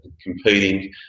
competing